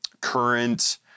current